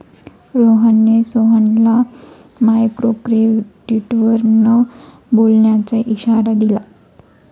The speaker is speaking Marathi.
रोहनने सोहनला मायक्रोक्रेडिटवर न बोलण्याचा इशारा दिला